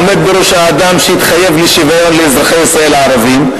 עומד בראשה אדם שהתחייב לשוויון לאזרחי ישראל הערבים,